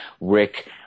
Rick